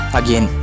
again